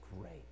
great